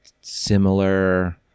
similar